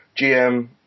GM